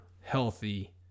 healthy